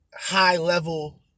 high-level